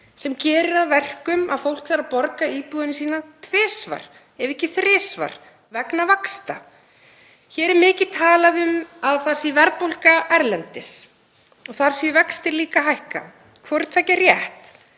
sem gerir að verkum að fólk þarf að borga íbúðina sína tvisvar ef ekki þrisvar vegna vaxta. Hér er mikið talað um að það sé verðbólga erlendis og þar séu vextir líka að hækka. Hvort tveggja er rétt